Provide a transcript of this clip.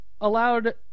allowed